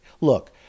Look